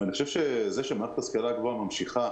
ואני חושב שמערכת ההשכלה הגבוהה ממשיכה